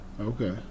Okay